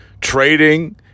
trading